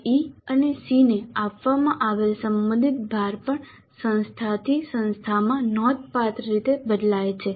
CIE અને SEE ને આપવામાં આવેલ સંબંધિત ભાર પણ સંસ્થાથી સંસ્થામાં નોંધપાત્ર રીતે બદલાય છે